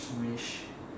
wish